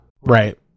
Right